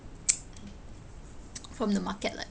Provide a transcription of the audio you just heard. from the market like